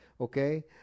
okay